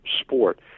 sport